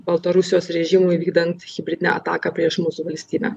baltarusijos režimui vykdant hibridinę ataką prieš mūsų valstybę